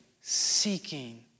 seeking